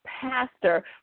pastor